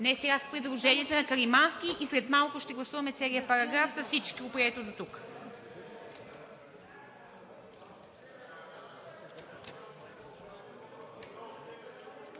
Не, сега са предложенията на Каримански и след малко ще гласуваме целия параграф с всичко, прието дотук.